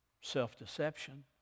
self-deception